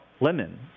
lemon